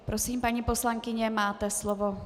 Prosím, paní poslankyně, máte slovo.